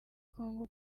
congo